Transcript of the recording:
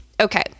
Okay